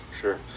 Sure